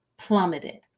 plummeted